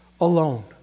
alone